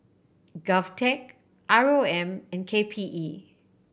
GovTech R O M and K P E